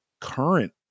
current